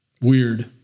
Weird